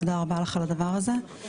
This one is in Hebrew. תודה רבה לך על הדבר הזה.